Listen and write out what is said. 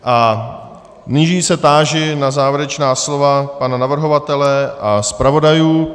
A nyní se táži na závěrečná slova pana navrhovatele a zpravodajů.